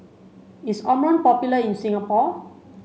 is Omron popular in Singapore